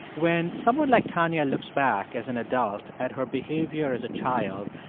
when someone like tonia looks back, as an adult, at her behavior as a child,